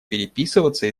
переписываться